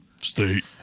State